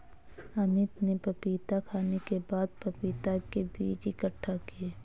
अमित ने पपीता खाने के बाद पपीता के बीज इकट्ठा किए